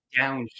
down